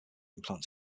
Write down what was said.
implant